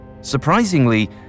Surprisingly